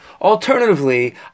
Alternatively